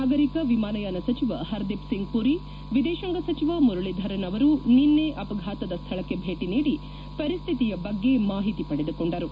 ನಾಗರಿಕ ವಿಮಾನಯಾನ ಸಚಿವ ಪರ್ದೀಪ್ ಸಿಂಗ್ ಮೂರಿ ವಿದೇಶಾಂಗ ಸಚಿವ ಮುರಳಿಧರನ್ ಅವರು ನಿನ್ನೆ ಅವಘಾತದ ಸ್ಥಳಕ್ಕೆ ಭೇಟಿ ನೀಡಿ ಪರಿಸ್ಥಿತಿಯ ಬಗ್ಗೆ ಮಾಹಿತಿ ಪಡೆದುಕೊಂಡರು